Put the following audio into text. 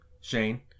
Shane